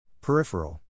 Peripheral